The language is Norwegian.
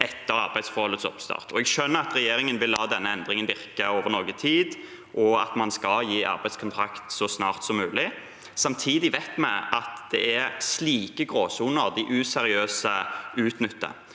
etter arbeidsforholdets oppstart. Jeg skjønner at regjeringen vil la denne endringen virke over noe tid, og at man skal gi arbeidskontrakt så snart som mulig. Samtidig vet vi at det er slike gråsoner de useriøse utnytter.